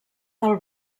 del